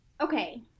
Okay